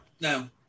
No